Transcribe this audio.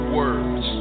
words